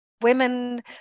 women